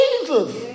Jesus